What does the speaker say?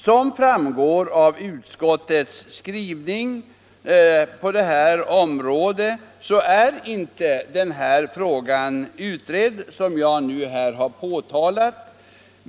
Som framgår av utskottets skrivning är det problem jag nu belyser inte behandlat.